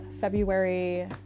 February